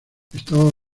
estaba